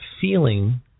feeling